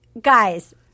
Guys